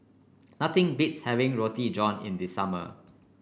nothing beats having Roti John in the summer